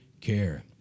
care